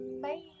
Bye